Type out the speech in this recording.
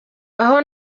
aho